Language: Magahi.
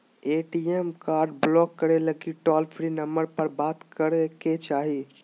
ए.टी.एम कार्ड ब्लाक करे लगी टोल फ्री नंबर पर बात करे के चाही